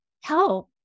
help